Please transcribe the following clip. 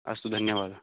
अस्तु धन्यवादः